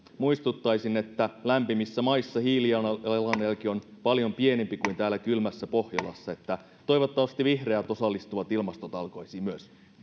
muistuttaisin että lämpimissä maissa hiilijalanjälki on paljon pienempi kuin täällä kylmässä pohjolassa niin että toivottavasti vihreät osallistuvat ilmastotalkoisiin myös